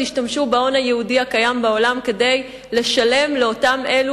תשתמשו בהון היהודי הקיים בעולם כדי לשלם לאותם אלה